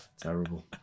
Terrible